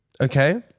okay